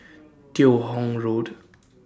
Teo Hong Road